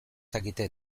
dakite